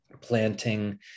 planting